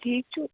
ٹھیٖک چھُو